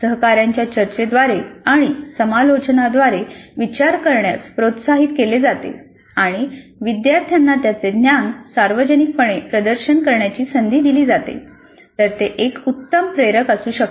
सहकाऱ्यांच्या चर्चेद्वारे आणि समालोचनाद्वारे विचार करण्यास प्रोत्साहित केले जाते आणि विद्यार्थ्यांना त्यांचे ज्ञान सार्वजनिकपणे प्रदर्शन करण्याची संधी दिली तर ते एक उत्तम प्रेरक असू शकते